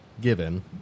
given